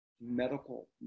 medical